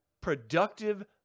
productive